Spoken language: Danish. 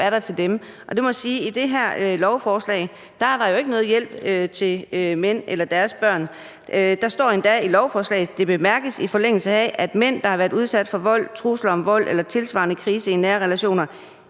hjælp er der til dem? Jeg må sige, at i det her lovforslag er der jo ikke noget hjælp til mænd eller deres børn. Der står endda i lovforslaget: »Det bemærkes i forlængelse heraf, at mænd, der har været udsat for vold, trusler om vold eller tilsvarende krise i nære relationer,